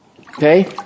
Okay